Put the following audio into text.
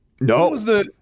No